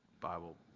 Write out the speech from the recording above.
Bible